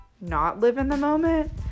not-live-in-the-moment